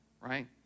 right